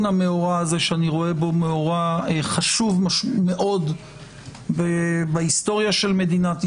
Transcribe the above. המאורע הזה שאני רואה בו חשוב מאוד בהיסטוריה של מדינת ישראל,